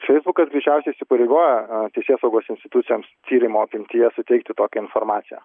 feisbukas greičiausiai įsipareigoja teisėsaugos institucijoms tyrimo apimtyje suteikti tokią informaciją